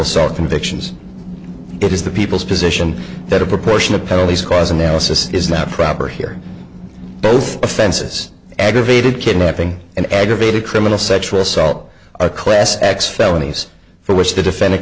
assault convictions it is the people's position that a proportion of penalties cause analysis is not proper here both offenses aggravated kidnapping and aggravated criminal sexual assault a class x felonies for which the defendant